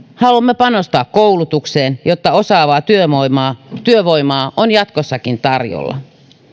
haluamme panostaa koulutukseen jotta osaavaa työvoimaa työvoimaa on jatkossakin tarjolla